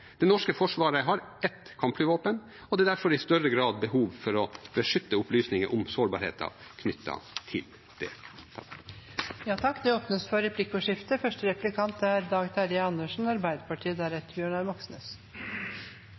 Det norske forsvaret har ett kampflyvåpen, og det er derfor i større grad behov for å beskytte opplysninger om sårbarheter knyttet til det.